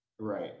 Right